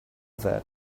that